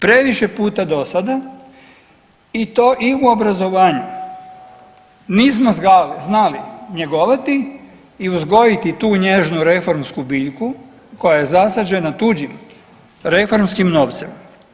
Previše puta do sada i to i u obrazovanju nismo znali njegovati i uzgojiti tu nježnu reformsku biljku koja je zasađena tuđim reformskim novcem.